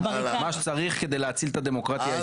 מה שצריך כדי להציל את הדמוקרטיה הישראלית.